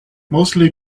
mostly